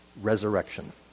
Resurrection